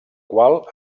qual